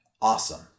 awesome